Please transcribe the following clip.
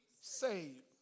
saved